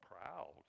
Proud